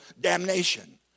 damnation